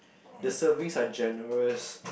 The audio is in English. the servings are generous